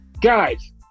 guys